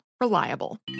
reliable